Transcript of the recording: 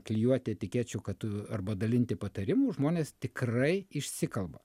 klijuoti etikečių kad tu arba dalinti patarimų žmonės tikrai išsikalba